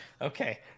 Okay